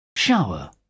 shower